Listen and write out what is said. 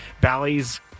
Bally's